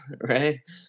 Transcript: right